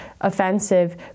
offensive